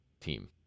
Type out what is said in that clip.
team